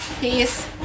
Peace